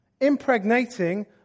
impregnating